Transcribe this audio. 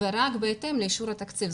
ורק בהתאם לאישור התקציב.